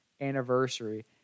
anniversary